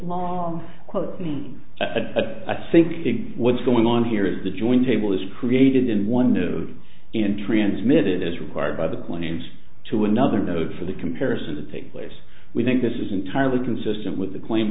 me i think what's going on here is the join table is created in one move in transmitted as required by the points to another node for the comparison to take place we think this is entirely consistent with the claim